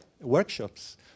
workshops